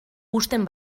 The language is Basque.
uzten